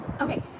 Okay